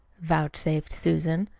vouchsafed susan.